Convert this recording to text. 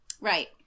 right